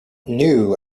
knew